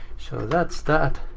so that's that.